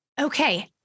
okay